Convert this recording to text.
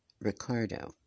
Ricardo